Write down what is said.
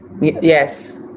Yes